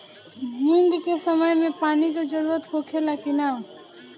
मूंग के समय मे पानी के जरूरत होखे ला कि ना?